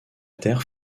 terre